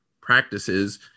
practices